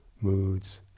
moods